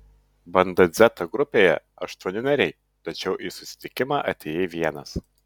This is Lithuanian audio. banda dzeta grupėje aštuoni nariai tačiau į susitikimą atėjai vienas